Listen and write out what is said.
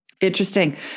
Interesting